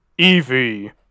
Evie